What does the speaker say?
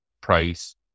price